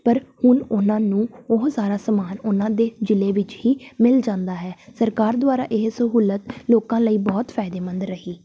ਪਰ ਹੁਣ ਉਹਨਾਂ ਨੂੰ ਉਹ ਸਾਰਾ ਸਮਾਨ ਉਹਨਾਂ ਦੇ ਜ਼ਿਲ੍ਹੇ ਵਿੱਚ ਹੀ ਮਿਲ ਜਾਂਦਾ ਹੈ ਸਰਕਾਰ ਦੁਆਰਾ ਇਹ ਸਹੂਲਤ ਲੋਕਾਂ ਲਈ ਬਹੁਤ ਫਾਇਦੇਮੰਦ ਰਹੀ